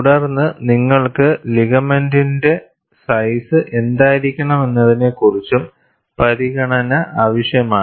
തുടർന്ന്നിങ്ങൾക്ക് ലിഗമെന്റിന്റെ സൈസ് എന്തായിരിക്കണമെന്നതിനെക്കുറിച്ചും പരിഗണന ആവശ്യമാണ്